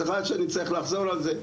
סליחה שאני צריך לחזור על זה,